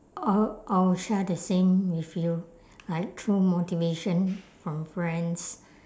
I'll I'll share the same with you like through motivation from friends